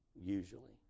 usually